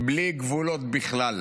בלי גבולות בכלל.